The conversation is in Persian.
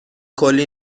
کلی